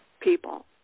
people